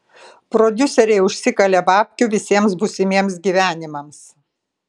prodiuseriai užsikalė babkių visiems būsimiems gyvenimams